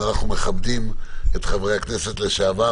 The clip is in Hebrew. אנחנו מכבדים את חברי הכנסת לשעבר,